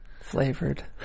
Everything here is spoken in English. Flavored